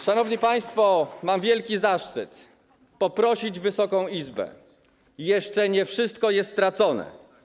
Szanowni państwo, mam wielki zaszczyt poprosić Wysoką Izbę, jeszcze nie wszystko jest stracone.